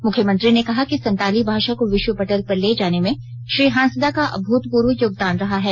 मुख्यमंत्री ने कहा कि संताली भाषा को विश्व पटल पर ले जाने में श्री हांसदा का अभूतपूर्व योगदान रहा है